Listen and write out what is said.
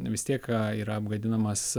vis tiek yra apgadinamas